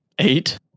eight